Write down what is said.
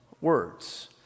words